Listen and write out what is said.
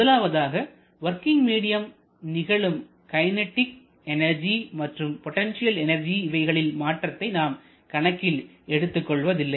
முதலாவதாக வொர்கிங் மீடியத்தில் நிகழும் கைனெடிக் எனர்ஜி மற்றும் பொட்டன்ஷியல் எனர்ஜி இவைகளில் மாற்றத்தை நாம் கணக்கில் எடுத்துக் கொள்வதில்லை